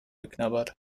geknabbert